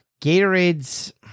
Gatorade's